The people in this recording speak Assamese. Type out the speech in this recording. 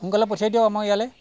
সোনকালে পঠিয়াই দিয়ক আমাৰ ইয়ালৈ